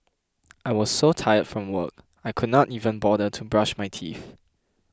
I was so tired from work I could not even bother to brush my teeth